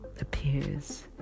appears